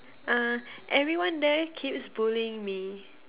uh everyone there keeps bullying me